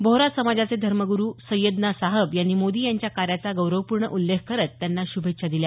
बोहरा समाजाच धर्मगुरू सैयदना साहब यांनी मोदी यांच्या कार्याचा गौरवपूर्ण उल्लेख करत त्यांना श्भेच्छा दिल्या